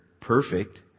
perfect